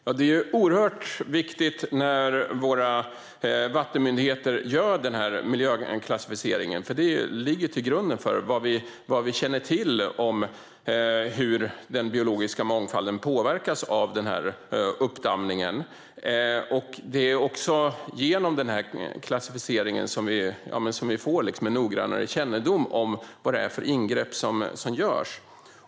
Herr talman! Det är mycket viktigt att våra vattenmyndigheter gör denna miljöklassificering, för det ligger till grund för vad vi känner till om hur den biologiska mångfalden påverkas av uppdämningen. Det är också genom klassificeringen vi får en noggrannare kännedom om vad det är för ingrepp som görs.